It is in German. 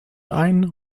ein